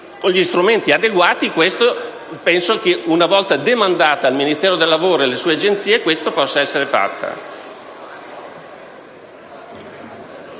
con gli strumenti adeguati, penso che, una volta demandata al Ministero del lavoro e alle sue agenzie, questa potrebbe essere